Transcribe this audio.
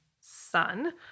sun